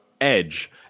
Edge